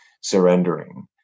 surrendering